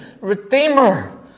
Redeemer